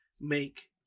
make